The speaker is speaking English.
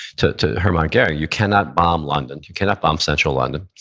to to hermann goring, you cannot bomb london, you cannot bomb central london.